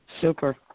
Super